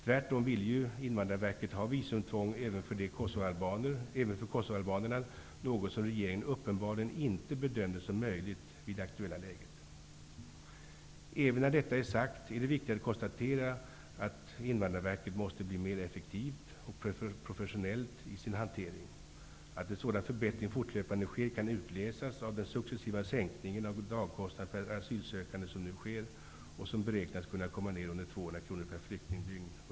Tvärtom ville Invandrarverket ha visumtvång även för kosovoalbaner, något som regeringen uppenbarligen inte bedömde som möjligt i det aktuella läget. Även när detta är sagt är det viktigt att konstatera att Invandrarverket måste bli mer effektivt och professionellt i sin hantering. Att en sådan förbättring fortlöpande sker kan utläsas av den successiva sänkningen av dagkostnaderna per asylsökande som nu sker och som under innevarande år beräknas kunna komma ner under 200 kr per flyktingdygn.